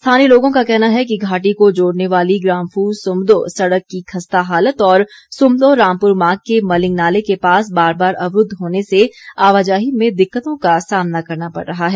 स्थानीय लोगों का कहना है कि घाटी को जोड़ने वाली ग्राम्फू सुमदों सड़क की खस्ता हालत और सुमदों रामपुर मार्ग के मलिंग नाले के पास बार बार अवरूद्द होने से आवाजाही में दिक्कतों का सामना करना पड़ रहा है